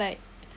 like